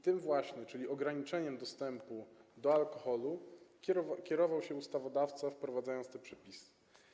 Tym właśnie, czyli ograniczeniem dostępu do alkoholu, kierował się ustawodawca, wprowadzając te przepisy.